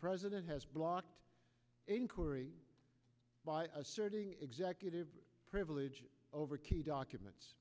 president has blocked inquiry by asserting executive privilege over key documents